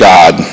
God